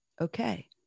okay